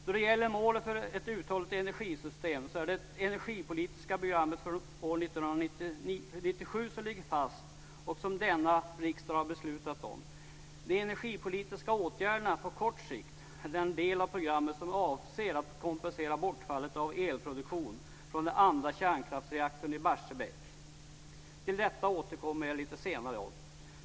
Då det gäller målet för ett uthålligt energisystem ligger det energipolitiska program från år 1997 fast som denna riksdag har beslutat om. Då det gäller de energipolitiska åtgärderna på kort sikt och den del av programmet som avser kompensation för bortfallet av elproduktion från den andra kärnkraftsreaktorn i Barsebäck återkommer jag lite senare.